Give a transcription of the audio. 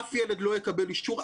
אף ילד לא יקבל אישור,